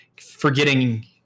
forgetting